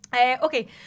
Okay